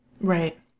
Right